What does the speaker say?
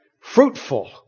fruitful